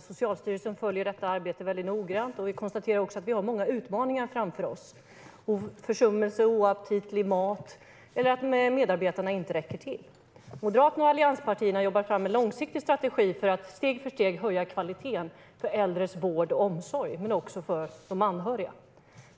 Socialstyrelsen följer detta arbete väldigt noggrant. Vi konstaterar också att vi har många utmaningar framför oss. Det handlar om försummelser, oaptitlig mat eller att medarbetarna inte räcker till. Moderaterna och allianspartierna har jobbat fram en långsiktig strategi för att steg för steg höja kvaliteten när det gäller de äldres vård och omsorg. Men det handlar också om de anhöriga.